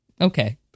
Okay